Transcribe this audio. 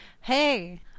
Hey